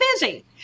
busy